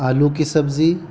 آلو کی سبزی